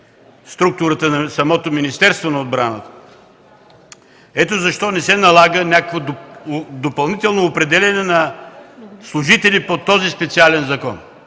структурата на самото Министерство на отбраната. Ето защо не се налага допълнително определяне на служители по този специален закон.